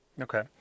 Okay